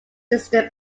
system